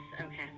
Okay